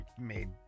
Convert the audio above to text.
made